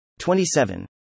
27